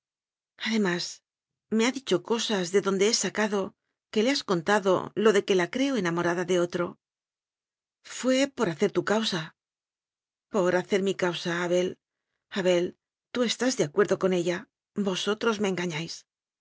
además me ha dicho cosas de donde he sacado que le has contado lo de que la creo enamorada de otro fué por hacer tu causa por hacer mi causa abel abel tú es tás de acuerdo con ella vosotros me